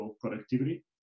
productivity